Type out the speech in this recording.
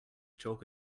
chalk